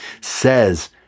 says